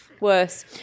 worse